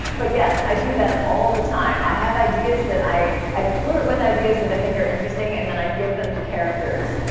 but yes. i do that all the time. i have ideas that i. i flirt with ideas that i think are interesting and then i give them to characters.